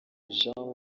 jean